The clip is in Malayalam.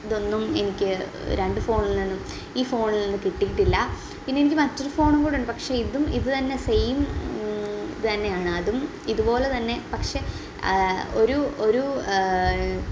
ഇതൊന്നും എനിക്ക് രണ്ട് ഫോണിൽനിന്നും ഈ ഫോണിൽനിന്ന് കിട്ടിയിട്ടില്ല പിന്നെ എനിക്ക് മറ്റൊരു ഫോൺ കൂടിയുണ്ട് പക്ഷെ ഇതും ഇത് തന്നെ സെയിം ഇത് തന്നെയാണ് അതും ഇതുപോലെതന്നെ പക്ഷേ ഒരു ഒരു